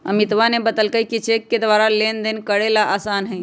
अमितवा ने बतल कई कि चेक के द्वारा लेनदेन करे ला आसान हई